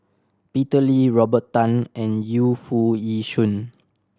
Peter Lee Robert Tan and Yu Foo Yee Shoon